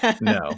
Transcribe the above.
no